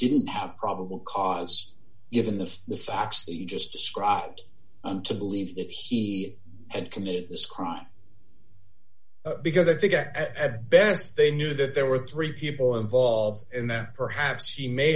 didn't have probable cause given the facts he just described and to believe that he had committed this crime because i think at best they knew that there were three people involved and that perhaps he may